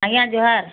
ଆଜ୍ଞା ଜୁହାର